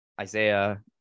Isaiah